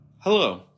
Hello